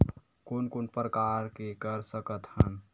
कोन कोन प्रकार के कर सकथ हन?